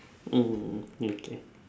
mm okay